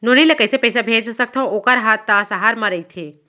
नोनी ल कइसे पइसा भेज सकथव वोकर हा त सहर म रइथे?